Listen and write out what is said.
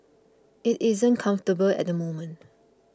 it isn't comfortable at the moment